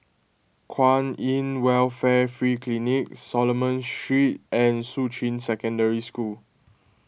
Kwan in Welfare Free Clinic Solomon Street and Shuqun Secondary School